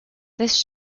this